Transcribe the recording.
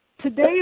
today